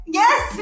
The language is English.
yes